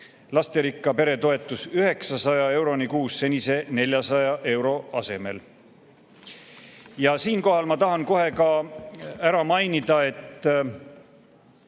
lasterikka pere toetust 900 euroni kuus senise 400 euro asemel. Siinkohal ma tahan kohe ka ära mainida, et